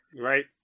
Right